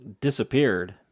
disappeared